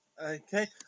Okay